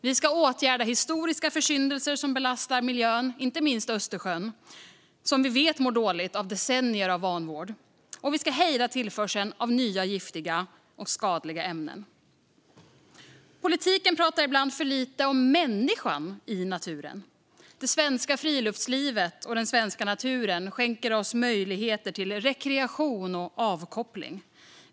Vi ska åtgärda historiska försyndelser som belastar miljön, inte minst Östersjön som vi vet mår dåligt av decennier av vanvård, och vi ska hejda tillförseln av nya giftiga och skadliga ämnen. Politiken pratar ibland för lite om människan i naturen. Det svenska friluftslivet och den svenska naturen skänker oss möjligheter till rekreation och avkoppling.